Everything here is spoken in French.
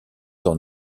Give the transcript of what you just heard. dans